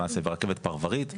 ורכבת פרברית.